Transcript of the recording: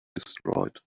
destroyed